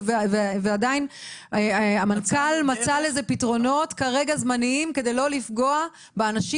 ועדיין המנכ"ל מצא לזה פתרונות זמניים כדי לא לפגוע באנשים